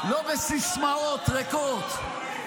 --- לא בסיסמאות ריקות.